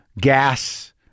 gas